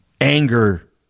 anger